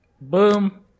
boom